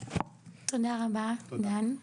תודה רבה דן.